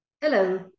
Hello